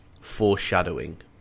foreshadowing